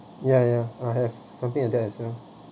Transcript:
ya ya I have something like that as well